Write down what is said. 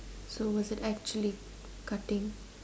so was it actually cutting